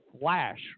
flash